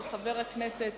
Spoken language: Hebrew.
של חבר הכנסת